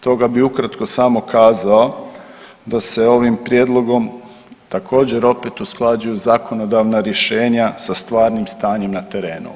Toga bi ukratko samo kazao da se ovim prijedlogom također opet usklađuju zakonodavna rješenja sa stvarnim stanjem na terenu.